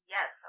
Yes